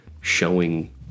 showing